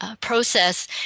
process